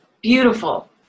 beautiful